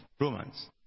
Romans